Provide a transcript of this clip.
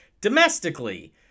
domestically